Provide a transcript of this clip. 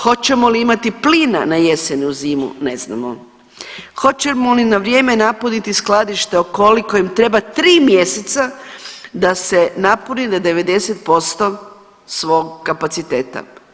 Hoćemo li imati plina na jesen ili zimu, ne znamo, hoćemo li na vrijeme napuniti skladišta, ukoliko im treba 3 mjeseca da se napuni na 90% svog kapaciteta?